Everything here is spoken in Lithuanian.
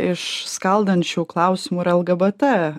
iš skaldančių klausimų yr lgbt